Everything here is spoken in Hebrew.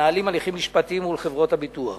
המנהלים הליכים משפטיים מול חברות הביטוח.